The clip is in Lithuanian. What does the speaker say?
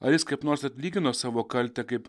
ar jis kaip nors atlygino savo kaltę kaip